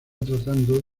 tratando